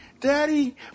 Daddy